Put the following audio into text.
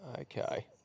Okay